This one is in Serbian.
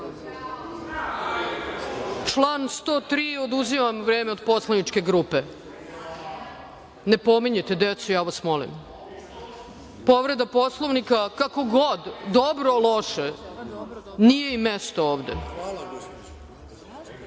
– oduzimam vreme od poslaničke grupe. Ne pominjite decu, ja vas molim. Povreda Poslovnika, kako god, dobro, loše. Nije im mesto ovde. Po